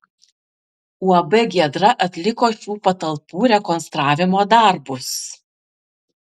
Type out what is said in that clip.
uab giedra atliko šių patalpų rekonstravimo darbus